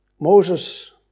Moses